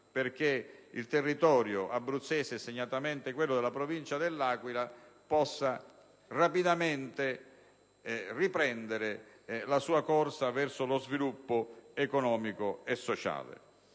affinché il territorio abruzzese, e segnatamente quello della Provincia dell'Aquila, possa rapidamente riprendere la sua corsa verso lo sviluppo economico e sociale.